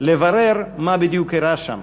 לברר מה בדיוק אירע שם.